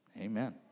Amen